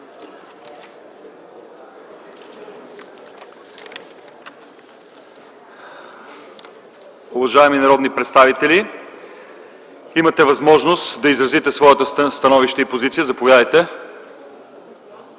Уважаеми народни представители, имате възможност да изразите своите становища и позиции. Заповядайте